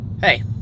Hey